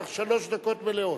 יש לך שלוש דקות מלאות.